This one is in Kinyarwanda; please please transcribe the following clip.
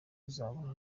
kuzabana